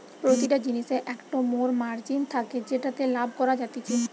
প্রতিটা জিনিসের একটো মোর মার্জিন থাকে যেটাতে লাভ করা যাতিছে